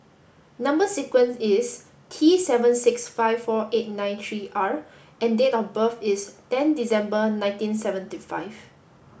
number sequence is T seven six five four eight nine three R and date of birth is ten December nineteen seventy five